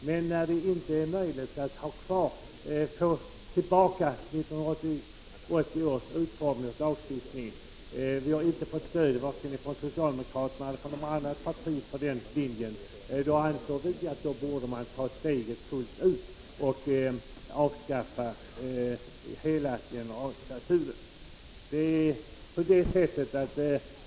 Men när det inte är möjligt att få tillbaka 1980 års utformning av lagstiftningen — vi har inte fått stöd för vår linje från vare sig socialdemokraterna eller de andra partierna — då anser vi att man borde ta steget fullt ut och avskaffa hela generalklausulen.